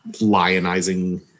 lionizing